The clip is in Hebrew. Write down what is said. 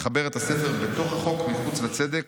מחברת הספר "בתוך החוק, מחוץ לצדק